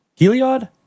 Heliod